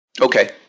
okay